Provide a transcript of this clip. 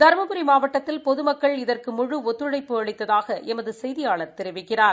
தருமபுரி மாவட்டத்தில் பொதுமக்கள் இதற்கு முழு ஒத்துழைப்பு அளித்ததாக எமது செய்தியாளா் தெரிவிக்கிறார்